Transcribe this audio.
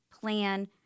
plan